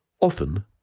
often